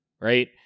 right